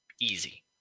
Easy